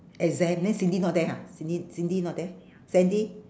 exam then cindy not there ha cindy cindy not there sandy